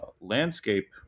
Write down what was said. landscape